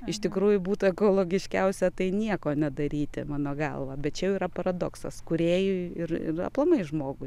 iš tikrųjų būtų ekologiškiausia tai nieko nedaryti mano galva bet čia yra paradoksas kūrėjui ir ir aplamai žmogui